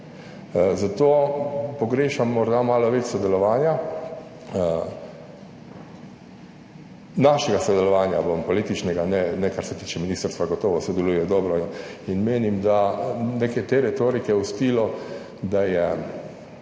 Zato pogrešam morda malo več sodelovanja, našega sodelovanja političnega, ne, ne kar se tiče ministrstva, gotovo sodeluje dobro in menim, da nekaj te retorike v stilu, da je